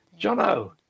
Jono